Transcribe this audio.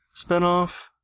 spinoff